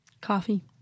Coffee